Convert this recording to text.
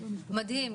מדהים,